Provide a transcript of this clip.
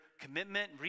commitment